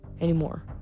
Anymore